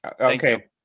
Okay